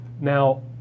Now